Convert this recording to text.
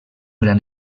gran